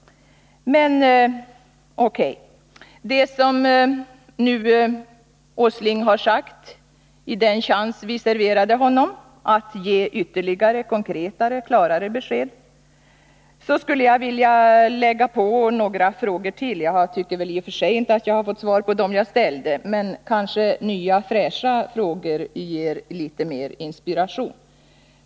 Men O.K. - Nils Åsling har nu sagt en del efter den chans vi serverade honom att ge ytterligare och mer konkreta och klara besked. Jag skulle vilja lägga på några frågor. Jag tycker i och för sig inte att jag har fått svar på dem jag ställde, men kanske nya, fräscha frågor ger litet mer inspiration.